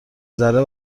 ذره